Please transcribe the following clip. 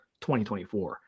2024